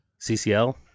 CCL